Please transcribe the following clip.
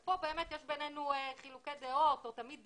פה יש בינינו חילוקי דעות, או תמיד דיון.